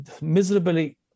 miserably